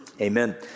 Amen